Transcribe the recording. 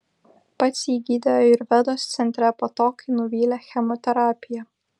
pats jį gydė ajurvedos centre po to kai nuvylė chemoterapija